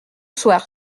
soir